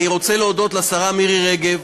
אני רוצה להודות לשרה מירי רגב,